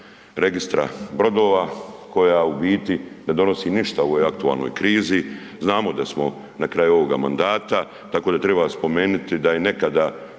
registra brodova koja u biti ne donosi ništa o ovoj aktualnoj krizi, znamo da smo na kraju ovoga mandata, tako da treba spomenuti da je nekada